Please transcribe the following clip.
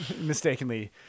mistakenly